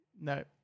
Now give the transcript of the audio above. No